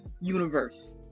universe